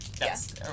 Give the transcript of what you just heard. yes